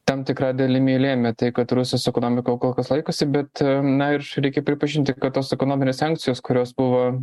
tam tikra dalimi lėmė tai kad rusijos ekonomika kol kas laikosi bet na ir reikia pripažinti kad tos ekonominės sankcijos kurios buvo